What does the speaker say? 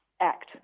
act